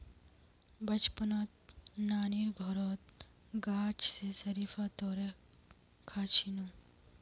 बचपनत नानीर घरत गाछ स शरीफा तोड़े खा छिनु